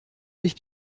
sich